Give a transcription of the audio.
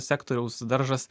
sektoriaus daržas